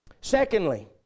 Secondly